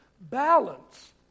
Balance